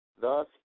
thus